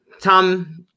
Tom